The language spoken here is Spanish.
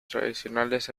tradicionales